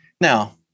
Now